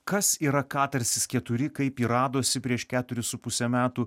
kas yra katarsis keturi kaip jį radosi prieš keturis su puse metų